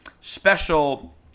special